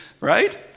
right